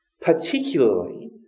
particularly